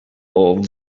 old